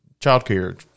childcare